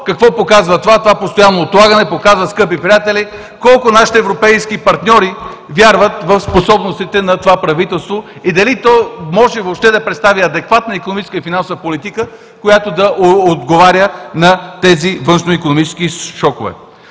какво показва това? Това постоянно отлагане показва, скъпи приятели, колко нашите европейски партньори вярват в способностите на това правителство и дали то въобще може да представя адекватна икономическа и финансова политика, която да отговаря на тези външноикономически шокове.